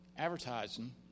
advertising